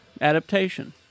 adaptation